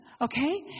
Okay